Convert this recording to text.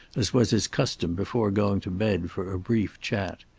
as was his custom before going to bed, for a brief chat.